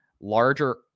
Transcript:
larger